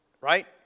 Right